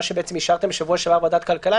שבעצם אישרתם בשבוע שעבר בוועדת כלכלה,